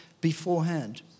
beforehand